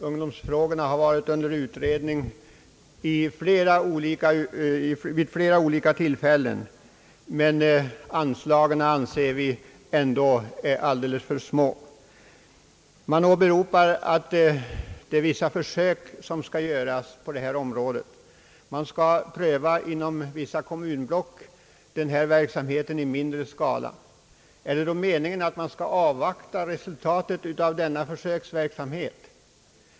Ungdomsfrågorna har varit under utredning gång på gång, men enligt vår mening är anslagen ändå ännu alldeles för små. Man åberopar att vissa försök skall göras i mindre skala inom en del kommunblock. är det då meningen att avvakta resultatet av denna försöksverksamhet?